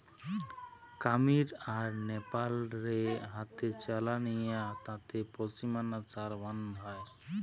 কামীর আর নেপাল রে হাতে চালানিয়া তাঁতে পশমিনা শাল বানানা হয়